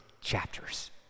chapters